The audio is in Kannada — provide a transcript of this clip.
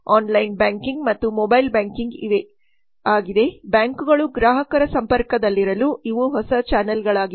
ಆನ್ಲೈನ್ ಬ್ಯಾಂಕಿಂಗ್ ಮತ್ತು ಮೊಬೈಲ್ ಬ್ಯಾಂಕಿಂಗ್ ಇವೆ ಆಗಿದೆ ಬ್ಯಾಂಕುಗಳು ಗ್ರಾಹಕರ ಸಂಪರ್ಕದಲ್ಲಿರಲು ಇವು ಹೊಸ ಚಾನಲ್ಗಳಾಗಿವೆ